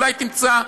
אולי תמצא.